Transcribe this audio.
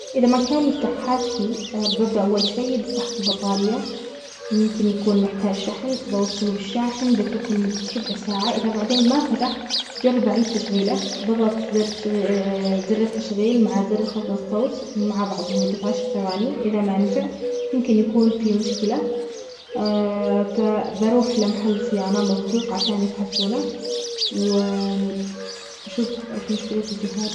إذا ما كان يفتح هاتفي ببدأ أول شي بفحص البطارية، ممكن يكون محتاج شحن بوصله بالشاحن، بتركه لمدة ربع ساعة، إذا بعدين ما فتح بجرب أعيد تشغيله بضغط زر تشغي- زر التشغيل مع زر خفض الصوت مع بعض لمدة عشر ثواني، إذا ما نفع يمكن يكون في مشكلة ف بروح لمحل صيانة موثوق عشان يفحصونه و شوف إيش مشكلة الجهاز؟